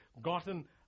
gotten